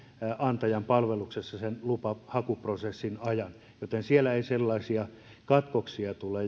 työnantajan palveluksessa sen lupahakuprosessin ajan siellä ei sellaisia katkoksia tule